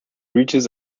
reaches